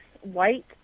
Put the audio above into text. white